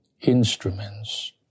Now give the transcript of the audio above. instruments